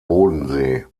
bodensee